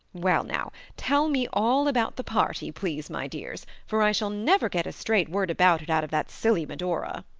well, now tell me all about the party, please, my dears, for i shall never get a straight word about it out of that silly medora,